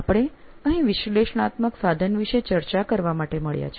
આપણે અહીં વિશ્લેષણાત્મક સાધન વિષે ચર્ચા કરવા માટે મળ્યા છે